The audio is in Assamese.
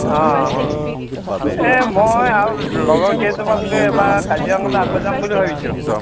অ' এ মই আৰু লগৰ কেইজনমান এইবাৰ কাজিৰঙালৈ আকৌ যাম বুলি ভাবিছোঁ